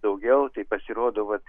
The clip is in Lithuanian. daugiau tai pasirodo vat